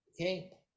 okay